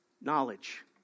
knowledge